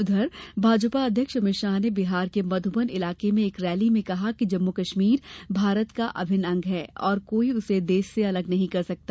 उधर भाजपा अध्यक्ष अमित शाह ने बिहार के मध्बन इलाके में एक रैली में कहा कि जम्मू कश्मीर भारत का अभिन्न अंग है और कोई उसे देश से अलग नहीं कर सकता